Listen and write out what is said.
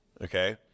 okay